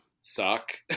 suck